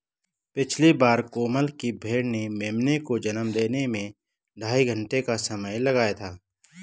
पिछली बार कोमल की भेड़ ने मेमने को जन्म देने में ढाई घंटे का समय लगाया था